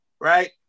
right